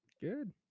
good